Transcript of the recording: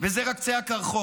וזה רק קצה הקרחון?